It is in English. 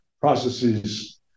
processes